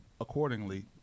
Accordingly